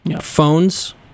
phones